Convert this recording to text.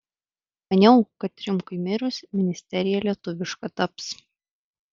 maniau kad rimkui mirus ministerija lietuviška taps